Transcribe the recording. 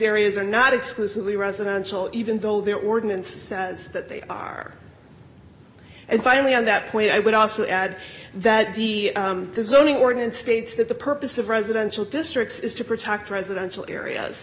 areas are not exclusively residential even though the ordinance says that they are and finally on that point i would also add that the zoning ordinance states that the purpose of residential districts is to protect residential areas